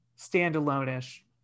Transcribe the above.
standalone-ish